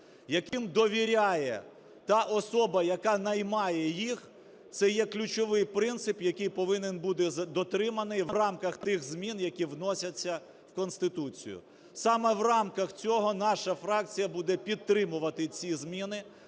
яким довіряє та особа, яка наймає їх, це є ключовий принцип, який повинен бути дотриманий в рамках тих змін, які вносяться в Конституцію. Саме в рамках цього наша фракція буде підтримувати ці зміни.